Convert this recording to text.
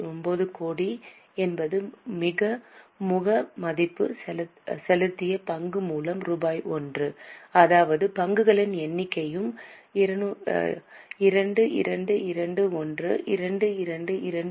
89 கோடி என்பது முக மதிப்பு செலுத்திய பங்கு மூலதனம் ரூபாய் 1 அதாவது பங்குகளின் எண்ணிக்கையும் 2221 222